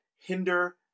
hinder